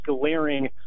glaring